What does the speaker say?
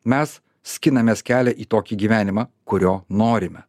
mes skinamės kelią į tokį gyvenimą kurio norime